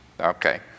okay